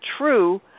true